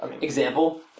Example